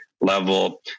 level